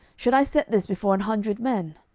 should i set this before an hundred men?